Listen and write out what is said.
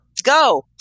go